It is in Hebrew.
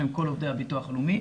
בשם כל עובדי הביטוח הלאומי,